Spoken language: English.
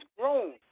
grown